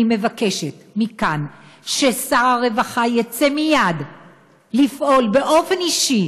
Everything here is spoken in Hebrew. אני מבקשת מכאן ששר הרווחה יצא מייד לפעול באופן אישי